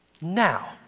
Now